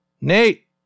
Nate